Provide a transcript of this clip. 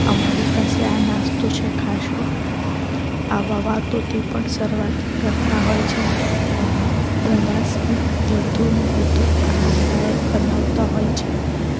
અમારી પાસે આ નાસ્તો છે ખાશો આવા વાતોથી પણ શરૂઆત કરતા હોય છે અને પ્રવાસને વધુ ને વધુ આનંદદાયક બનાવતા હોય છે